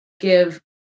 give